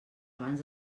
abans